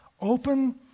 Open